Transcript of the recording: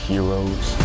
Heroes